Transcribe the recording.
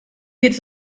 geht